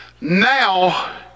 Now